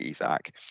Isaac